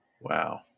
Wow